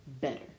better